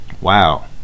wow